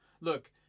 Look